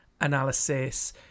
analysis